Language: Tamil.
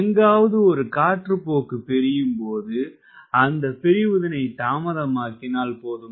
எங்காவது ஒரு காற்றுப்போக்கு பிரியும் போது அந்த பிரிவுதனை தாமதமாக்கினால் போதும்